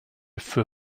für